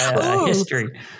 history